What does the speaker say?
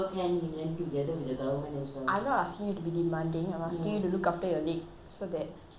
I'm not asking you to be demanding I'm asking you to look after your leg so that it doesn't get worse